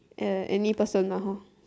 uh any person lah hor